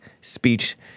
speech